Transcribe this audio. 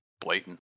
blatant